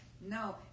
no